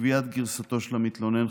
גביית גרסתו של המתלונן,